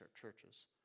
churches